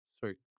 sorry